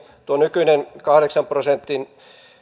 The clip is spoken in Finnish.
tuo nykyinen kahdeksan prosentin